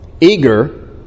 eager